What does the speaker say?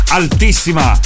altissima